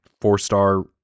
four-star